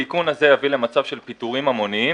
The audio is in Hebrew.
התיקון הזה יביא למצב של פיטורים המונים,